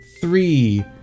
three